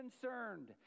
concerned